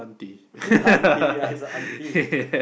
ya aunty ya it's a aunty